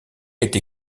été